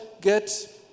get